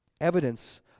Evidence